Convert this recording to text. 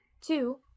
Two